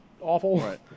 awful